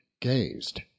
gazed